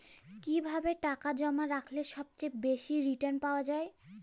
কিভাবে টাকা জমা রাখলে সবচেয়ে বেশি রির্টান পাওয়া য়ায়?